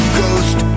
ghost